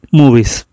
movies